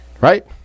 Right